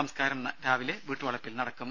സംസ്കാരം രാവിലെ വീട്ടുവളപ്പിൽ നടക്കും